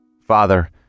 Father